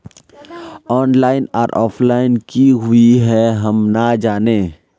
Online आर offline की हुई है हम ना जाने?